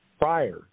prior